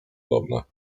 dobne